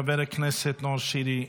חבר הכנסת נאור שירי,